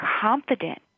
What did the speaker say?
confident